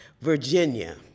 Virginia